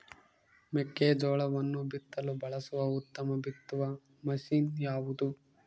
ಮೆಕ್ಕೆಜೋಳವನ್ನು ಬಿತ್ತಲು ಬಳಸುವ ಉತ್ತಮ ಬಿತ್ತುವ ಮಷೇನ್ ಯಾವುದು?